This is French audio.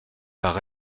par